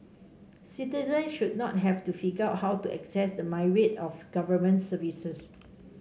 citizens should not have to figure how to access the myriad of Government services